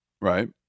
right